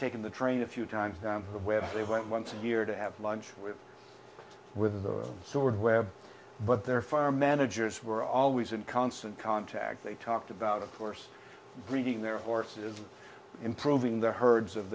taken the train a few times down to where they went once a year to have lunch with with the sword where but their fire managers were always in constant contact they talked about of course breeding their horses improving their herds of